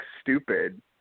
stupid